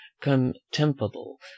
contemptible